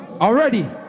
already